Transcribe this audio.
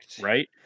right